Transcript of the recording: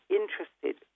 interested